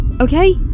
okay